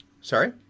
Sorry